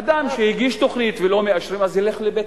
אדם שהגיש תוכנית ולא מאשרים, אז, ילך לבית-משפט.